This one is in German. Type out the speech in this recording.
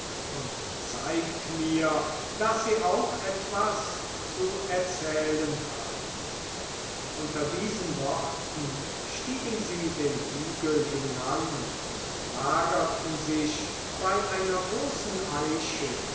und zeigt mir daß sie auch etwas zu erzählen haben unter diesen worten stiegen sie den hügel hinan und lagerten sich bei einer großen eiche